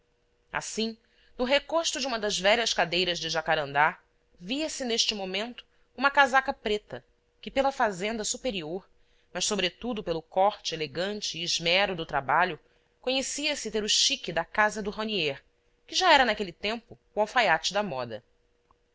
assim no recosto de uma das velhas cadeiras de jacarandá via-se neste momento uma casaca preta que pela fazenda superior mas sobretudo pelo corte elegante e esmero do trabalho conhecia-se ter o chique da casa do raunier que já era naquele tempo o alfaiate da moda